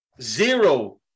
Zero